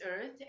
earth